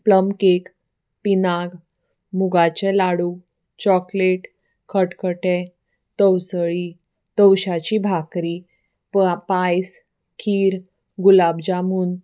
plum cake पिनाग मुगाचे laddu chocolate खटखटें तवसळी तवशाची भाकरी पायस खीर गुलाब जामून